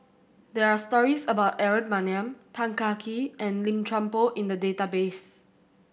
there are stories about Aaron Maniam Tan Kah Kee and Lim Chuan Poh in the database